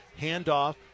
handoff